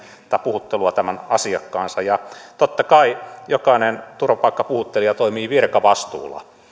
puhuttelua tavanneet tämän asiakkaansa ja totta kai jokainen turvapaikkapuhuttelija toimii virkavastuulla